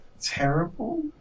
terrible